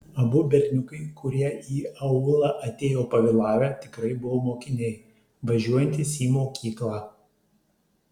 abu berniukai kurie į aulą atėjo pavėlavę tikrai buvo mokiniai važiuojantys į mokyklą